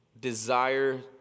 desire